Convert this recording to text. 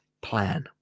Plan